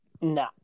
Nah